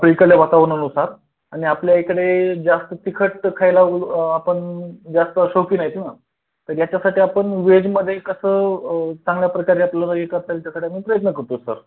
इकडल्या वातावरणानुसार आणि आपल्या इकडे जास्त तिखट खायला उ आपण जास्त शौकीन नाही आहेत ना तर याच्यासाठी आपण वेजमध्ये कसं चांगल्या प्रकारे आपल्याला हे करता येईल त्याच्याकडे आही प्रयत्न करतो सर